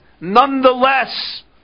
nonetheless